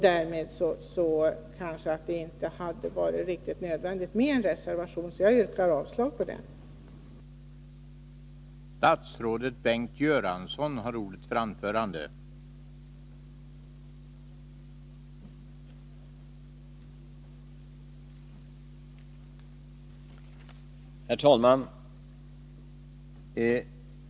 Därmed hade det kanske inte varit helt nödvändigt med en reservation, och jag yrkar därför avslag på den reservationen.